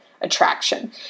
attraction